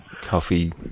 coffee